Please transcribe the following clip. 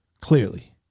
clearly